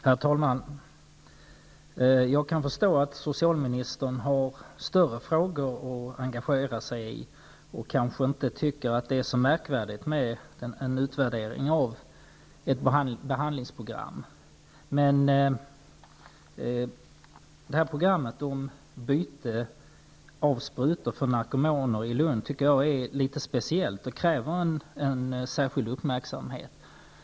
Herr talman! Jag kan förstå att socialministern har större frågor att engagera sig i och kanske inte tycker att det är så märkvärdigt med en utvärdering av ett behandlingsprogram. Lund är speciellt och kräver särskild uppmärksamhet.